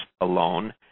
alone